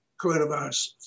coronavirus